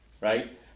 right